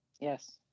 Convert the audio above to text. Yes